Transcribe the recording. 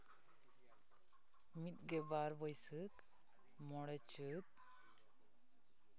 ᱢᱤᱫ ᱜᱮ ᱵᱟᱨ ᱵᱟᱹᱭᱥᱟᱹᱠᱷ ᱢᱚᱬᱮ ᱪᱟᱹᱛ